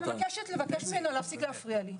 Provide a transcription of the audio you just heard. אני מבקשת לבקש ממנו להפסיק להפריע לי.